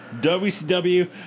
WCW